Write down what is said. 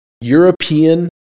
European